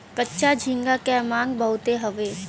कच्चा झींगा क मांग बहुत हउवे